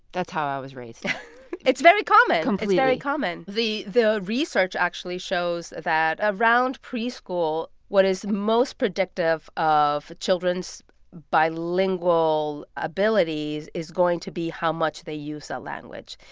that's how i was raised yeah it's very common completely it's very common. the the research actually shows that, around preschool, what is most predictive of children's bilingual abilities is going to be how much they use a language.